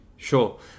sure